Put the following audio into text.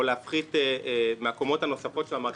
או להפחית מהקומות הנוספות של המערכת,